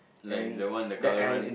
like the one the color run